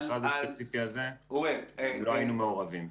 במכרז הספציפי הזה, אנחנו לא היינו מעורבים.